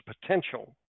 potential